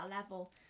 level